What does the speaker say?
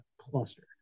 cluster